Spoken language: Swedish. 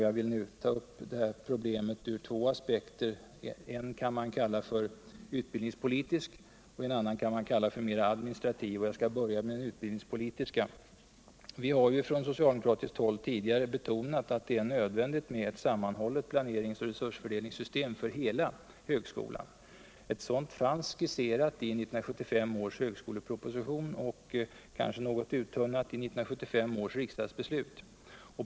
Jag vill nu ta upp problemet ur två aspekter — en kan man kalla utbildningspolitisk och en annan kan man kalla mer administrativ. Jag börjar med den utbildningspolitiska. Vi har från soctaldemokratiskt håll tidigare betonat utt der är nödvändigt med ett sammanhållet planerings och resursfördelningssystem för hela högskolan. Ett sådant fanns skisserat 1 1975 års högskoleproposition och. kanske något urholkat, i 1975 års riksdagsbeslut.